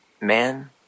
man